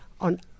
on